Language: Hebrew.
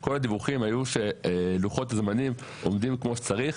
כל הדיווחים היו שלוחות הזמנים עומדים כמו שצריך.